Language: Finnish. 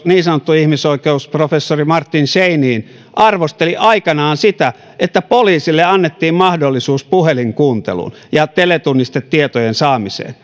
niin sanottu ihmisoikeusprofessori martin scheinin arvosteli aikanaan sitä että poliisille annettiin mahdollisuus puhelinkuunteluun ja teletunnistetietojen saamiseen